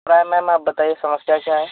ma'am ma'am आप बताइए समस्या क्या है